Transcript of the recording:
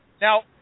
Now